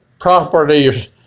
properties